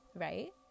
Right